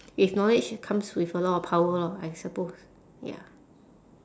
with knowledge comes with a lot of power lor I suppose ya